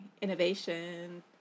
innovation